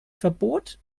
verbot